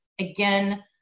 again